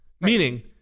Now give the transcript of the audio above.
meaning